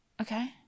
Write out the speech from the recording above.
Okay